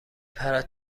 پرد